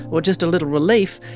or just a little relief,